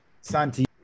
Santi